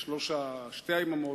בשתי היממות,